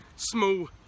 Small